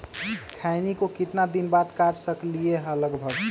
खैनी को कितना दिन बाद काट सकलिये है लगभग?